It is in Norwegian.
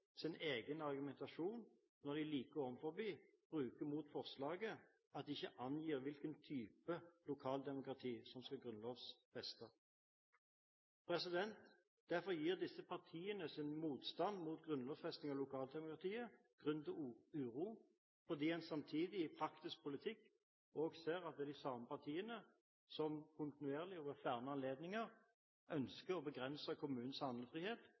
sin egen argumentasjon når de like ovenfor bruker mot forslaget at det ikke angir hvilken type lokaldemokrati som skal grunnlovfestes. Disse partienes motstand mot grunnlovfesting av lokaldemokratiet gir grunn til uro fordi en samtidig i praktisk politikk også ser at det er de samme partiene som kontinuerlig og ved flere anledninger ønsker å begrense kommunens handlefrihet